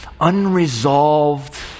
unresolved